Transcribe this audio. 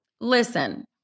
Listen